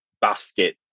basket